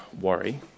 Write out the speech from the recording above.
worry